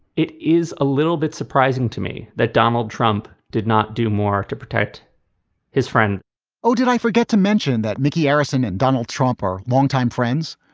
it is a little bit surprising to me that donald trump did not do more to protect his friend oh, did i forget to mention that mickey arison and donald trump are longtime friends?